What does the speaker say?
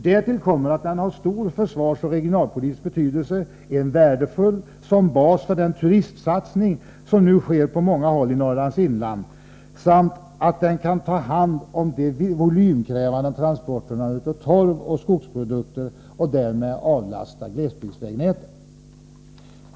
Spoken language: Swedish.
Därtill kommer att den har stor försvarsoch regionalpolitisk betydelse, att den är värdefull som bas för den turistsatsning som nu sker på många håll i Norrlands inland samt att den kan ta hand om de volymkrävande transporterna av torv och skogsprodukter och därmed avlasta glesbygdsvägnätet.